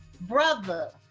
Brother